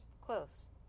close